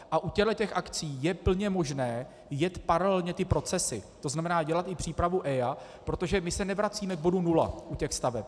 U těchto akcí je plně možné jet paralelně ty procesy, tzn. dělat i přípravu EIA, protože my se nevracíme k bodu nula u těch staveb.